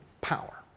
power